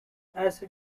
acid